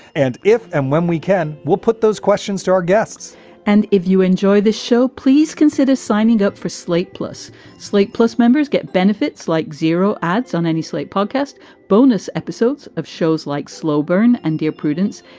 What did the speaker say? and if and when we can. we'll put those questions to our guests and if you enjoy the show, please consider signing up for slate. plus slate. plus, members get benefits like zero ads on any slate podcast bonus episodes of shows like slow burn and dear prudence.